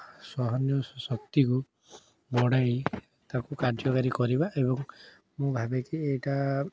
ସହନୀୟ ଶକ୍ତିକୁ ବଢ଼ାଇ ତାକୁ କାର୍ଯ୍ୟକାରୀ କରିବା ଏବଂ ମୁଁ ଭାବେ କି ଏଇଟା